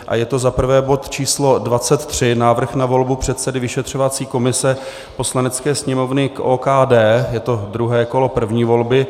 A je to za prvé bod číslo 23, Návrh na volbu předsedy vyšetřovací komise Poslanecké sněmovny k OKD, je to druhé kolo první volby.